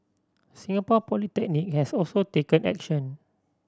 Singapore Polytechnic has also taken action